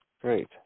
Great